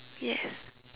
yes